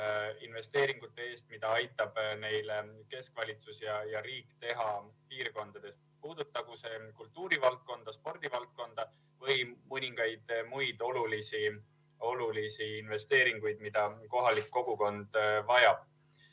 investeeringute eest, mida keskvalitsus ja riik aitavad piirkondades teha, puudutagu see siis kultuurivaldkonda, spordivaldkonda või mõningaid muid olulisi investeeringuid, mida kohalik kogukond vajab. Mis